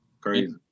crazy